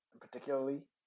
particularly